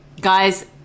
Guys